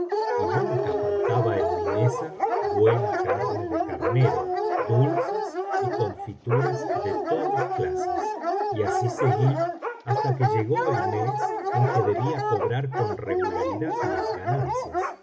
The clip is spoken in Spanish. y nunca faltaba en mi mesa buena carne de carnero dulces y confituras de todas clases y así seguí hasta que llegó el mes en que debía cobrar con regularidad mis ganancias